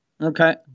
Okay